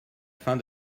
fin